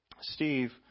Steve